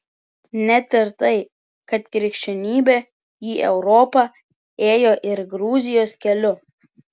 net ir tai kad krikščionybė į europą ėjo ir gruzijos keliu